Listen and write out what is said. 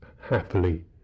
happily